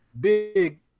big